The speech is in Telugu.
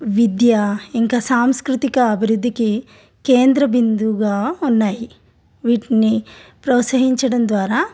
విద్య ఇంకా సాంస్కృతిక అభివృద్ధికి కేంద్రబిందువుగా ఉన్నాయి వీటిని ప్రోత్సహించడం ద్వారా